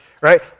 right